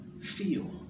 Feel